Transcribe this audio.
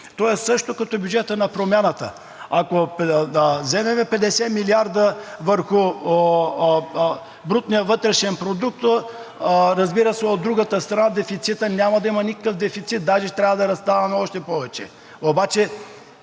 то е същото като бюджета на Промяната. Ако вземем 50 милиарда върху брутния вътрешен продукт, разбира се, от другата страна дефицита – няма да има никакъв дефицит, даже ще трябва да раздаваме още повече.